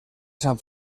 sant